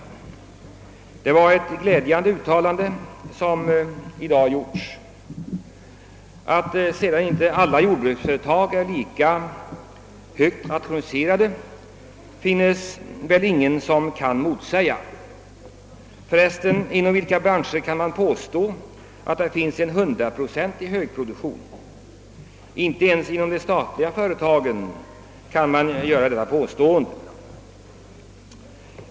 Det är ett glädjande uttalande. Att sedan inte alla jordbruksföretag är lika högt rationaliserade förnekar väl ingen. Inom vilken bransch kan man för övrigt påstå att produktionen är hundraprocentigt rationaliserad? Inte minst gäller denna regel de statliga företagen.